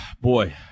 Boy